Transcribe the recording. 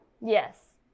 yes